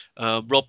Rob